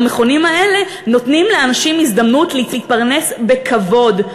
במכונים האלה נותנים לאנשים הזדמנות להתפרנס בכבוד,